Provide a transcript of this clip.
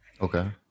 okay